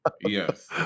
Yes